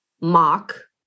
mock